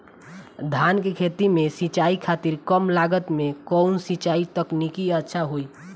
धान के खेती में सिंचाई खातिर कम लागत में कउन सिंचाई तकनीक अच्छा होई?